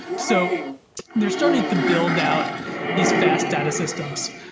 so they're starting to build out these fast data systems.